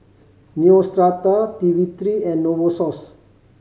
Neostrata T three and Novosource